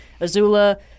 Azula